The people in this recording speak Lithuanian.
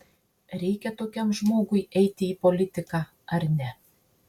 reikia tokiam žmogui eiti į politiką ar ne